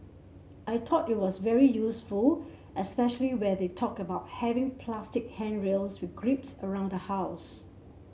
I thought it was very useful especially when they talked about having plastic handrails with grips around the house